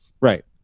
Right